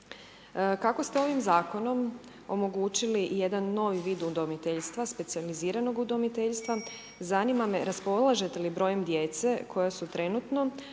Kako ste ovim Zakonom omogućili jedan novi vid udomiteljstva, specijaliziranog udomiteljstva, zanima me raspolažete li brojem djece koja su trenutna